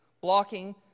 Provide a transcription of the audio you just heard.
blocking